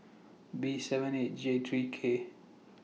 B seven eight J three K